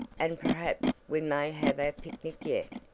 and perhaps we may have our picnic yet.